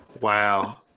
Wow